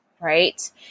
Right